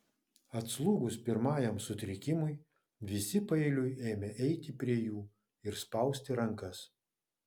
atslūgus pirmajam sutrikimui visi paeiliui ėmė eiti prie jų ir spausti rankas